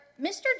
Mr